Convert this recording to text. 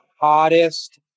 hottest